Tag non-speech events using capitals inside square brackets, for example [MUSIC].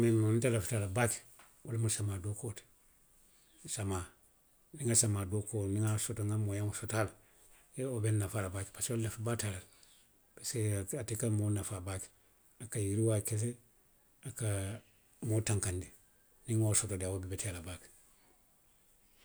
[UNINTELLIGIBLE] nte lafita a la le baake wo lemu samaa dookuo ti. Samaa, niŋ nŋa samaa dookuo soto, niŋ nŋa moweŋo soto a la, he, wo be nnafaa la le baake parisiko nlafi baata a la le. Parisiko a te ka moo nafaa baake le. A ka yiriwaa ke le, a ka moo tankandi. Niŋ nŋa a soto de a be beteyaa la baake.